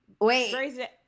wait